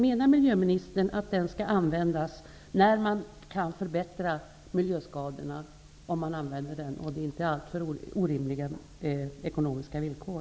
Menar miljöministern att den skall användas när man kan minska miljöskadorna om det inte är förenat med alltför orimliga ekonomiska villkor?